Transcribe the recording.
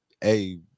hey